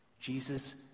Jesus